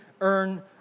earn